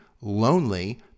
lonely